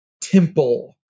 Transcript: temple